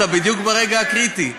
אתה בדיוק ברגע הקריטי.